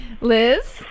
Liz